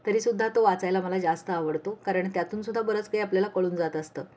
तरी सुद्धा तो वाचायला मला जास्त आवडतो कारण त्यातून सुद्धा बरंच काही आपल्याला कळून जात असतं